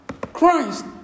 Christ